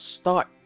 start